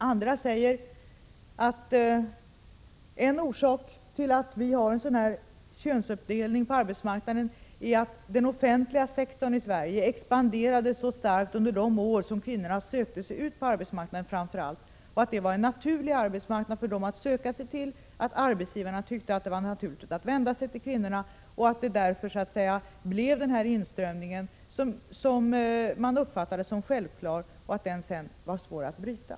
Andra säger att en orsak till att vi har en sådan könsuppdelning på arbetsmarknaden är att den offentliga sektorn i Sverige expanderade så starkt just under de år då kvinnorna framför allt sökte sig ut på arbetsmarknaden, att den var en naturlig arbetsmarknad för dem att söka sig till och att arbetsgivarna tyckte att det var naturligt att vända sig till kvinnorna. Det skulle vara därför det blev en sådan inströmning, som sedan uppfattats som självklar och som var svår att bryta.